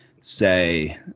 say